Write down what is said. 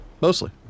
mostly